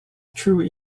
true